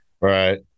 Right